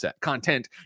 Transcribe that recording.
content